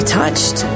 touched